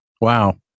Wow